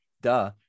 Duh